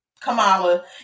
Kamala